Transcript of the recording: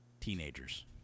Teenagers